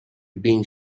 being